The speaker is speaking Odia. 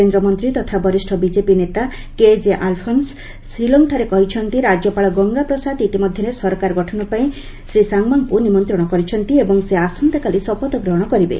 କେନ୍ଦ୍ର ମନ୍ତ୍ରୀ ତଥା ବରିଷ୍ଠ ବିଜେପି ନେତା କେଜେ ଆଲଫନ୍ସ ଶିଲଂଠାରେ କହିଛନ୍ତି ଯେ ରାଜ୍ୟପାଳ ଗଙ୍ଗା ପ୍ରସାଦ ଇତିମଧ୍ୟରେ ସରକାର ଗଠନ ପାଇଁ ଶ୍ରୀ ସାଙ୍ଗ୍ମାଙ୍କୁ ନିମନ୍ତ୍ରଣ କରିଛନ୍ତି ଏବଂ ସେ ଆସନ୍ତାକାଲି ଶପଥ ଗ୍ରହଣ କରିବେ